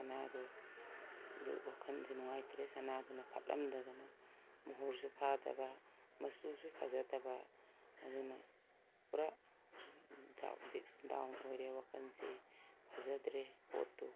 ꯁꯅꯥꯗꯨ ꯑꯗꯨ ꯋꯥꯈꯜꯁꯦ ꯅꯨꯡꯉꯥꯏꯇ꯭ꯔꯦ ꯁꯅꯥꯗꯨꯅ ꯐꯠꯂꯝꯗꯗꯅ ꯃꯣꯍꯣꯔꯁꯨ ꯐꯥꯗꯕ ꯃꯆꯨꯁꯨ ꯐꯖꯗꯕ ꯑꯗꯨꯅ ꯄꯨꯔꯥ ꯗꯥꯎꯟ ꯑꯣꯏꯔꯦ ꯋꯥꯈꯜꯁꯦ ꯐꯖꯗ꯭ꯔꯦ ꯄꯣꯠꯇꯨ